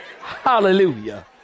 Hallelujah